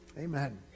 Amen